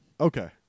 Okay